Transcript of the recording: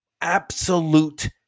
absolute